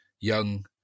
young